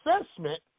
assessment